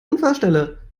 unfallstelle